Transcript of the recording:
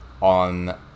on